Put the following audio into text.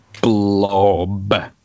blob